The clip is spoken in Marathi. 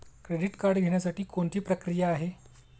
क्रेडिट कार्ड घेण्यासाठी कोणती प्रक्रिया आहे?